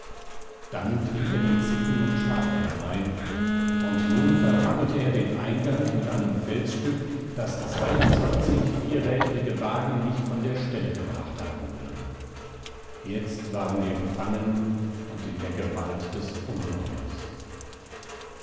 dann trieb er die ziegen und schafe herein und nun verrammelte er den eingang mit einem felsstück das zweiundzwanzig vierrädrige wagen nicht von der stelle gebracht haben würden jetzt waren wir gefangen und in der gewalt des ungeheuers